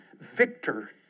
Victor